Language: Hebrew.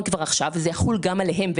פתרון לאותם מאה אלף אנשים שזה יחול גם עליהם,